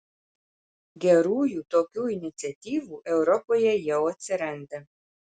gerųjų tokių iniciatyvų europoje jau atsiranda